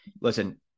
listen